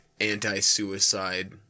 anti-suicide